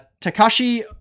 Takashi